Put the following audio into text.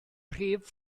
rhif